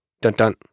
dun-dun